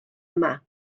yma